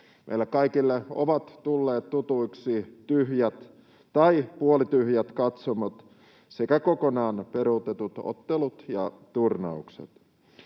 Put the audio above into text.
Meille kaikille ovat tulleet tutuiksi tyhjät tai puolityhjät katsomot sekä kokonaan peruutetut ottelut ja turnaukset.